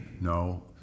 No